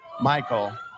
Michael